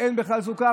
שאין בה בכלל סוכר,